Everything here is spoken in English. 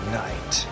night